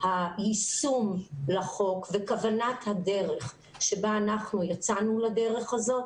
היישום לחוק וכוונת הדרך שבה אנחנו יצאנו לדרך הזאת